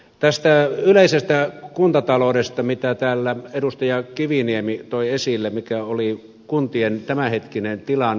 tästä yleisestä kuntataloudesta mitä täällä edustaja kiviniemi toi esille mikä on kuntien tämänhetkinen tilanne